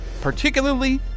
particularly